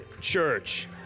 church